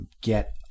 Get